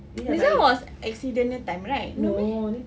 this [one] was accident punya time right no meh